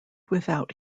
without